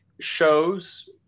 shows